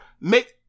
make